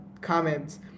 comments